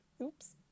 oops